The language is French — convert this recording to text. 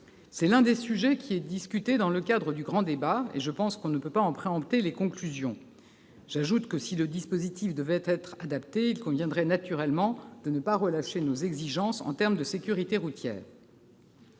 C'est l'un des sujets discutés dans le cadre du grand débat, dont il ne faut pas préempter les conclusions. J'ajoute que, si le dispositif devait être adapté, il conviendrait naturellement de ne pas relâcher nos exigences en matière de sécurité routière.